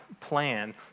plan